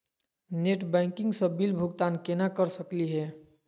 Net banking स bill भुगतान केना कर सकली हे?